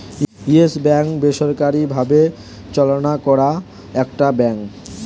yes Bank বেসরকারি ভাবে চালনা করা একটা ব্যাঙ্ক